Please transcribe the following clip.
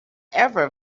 ever